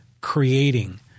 creating